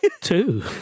Two